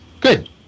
good